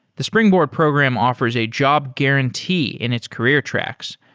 the springboard program offers a job guarantee in its career tracks,